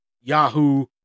Yahoo